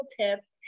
tips